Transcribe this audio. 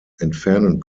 entfernen